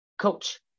coach